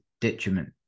detriment